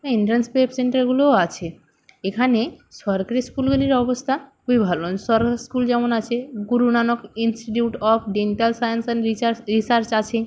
entrance web সেন্টারগুলোও আছে এখানে সরকারি স্কুলগুলির অবস্তা খুবই ভালো সরকারি স্কুল যেমন আছে Guru Nanak institute of dental science and research research আছে